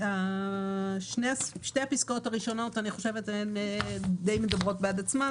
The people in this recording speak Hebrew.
שתי הפסקאות הראשונות די מדברות בעד עצמן.